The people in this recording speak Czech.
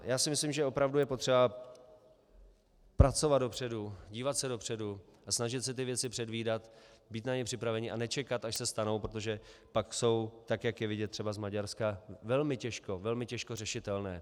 Já si myslím, že opravdu je potřeba pracovat dopředu, dívat se dopředu a snažit se věci předvídat, být na ně připraveni a nečekat, až se stanou, protože pak jsou, tak jak je vidět třeba z Maďarska, velmi těžko, velmi těžko řešitelné.